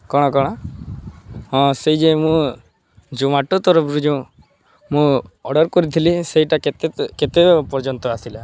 କ'ଣ କ'ଣ ହଁ ସେଇ ଯେ ମୁଁ ଜୋମାଟୋ ତରଫରୁ ଯୋଉଁ ମୁଁ ଅର୍ଡ଼ର୍ କରିଥିଲି ସେଇଟା କେତେ କେତେ ପର୍ଯ୍ୟନ୍ତ ଆସିଲା